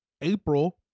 April